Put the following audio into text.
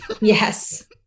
yes